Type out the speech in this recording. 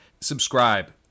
Subscribe